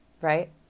right